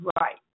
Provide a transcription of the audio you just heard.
right